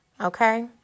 Okay